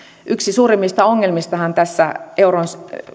yksi suurimmista ongelmistahan tässä euron